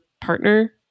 partner